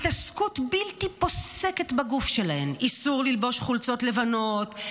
התעסקות בלתי פוסקת בגוף שלהן: איסור ללבוש חולצות לבנות,